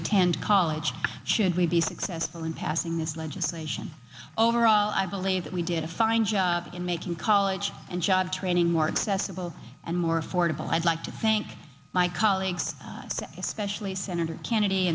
attend college should we be successful in passing this legislation overall i believe that we did a fine job in making college and job training more accessible and more affordable i'd like to thank my colleagues especially senator kennedy